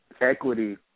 equity